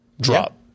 drop